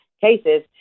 cases